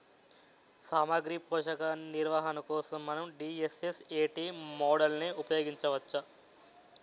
సామాగ్రి పోషక నిర్వహణ కోసం మనం డి.ఎస్.ఎస్.ఎ.టీ మోడల్ని ఉపయోగించవచ్చా?